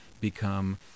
become